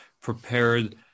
prepared